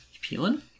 peeling